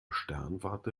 sternwarte